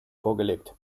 vorgelegt